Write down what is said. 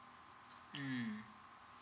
mm